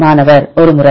மாணவர் ஒரு முறை